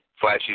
Flashy